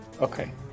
Okay